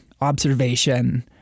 observation